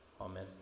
Amen